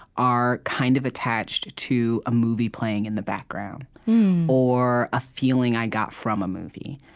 are kind of attached to a movie playing in the background or a feeling i got from a movie.